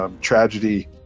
tragedy